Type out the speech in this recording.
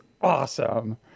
awesome